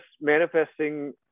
manifesting